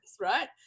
right